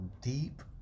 deep